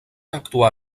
actuar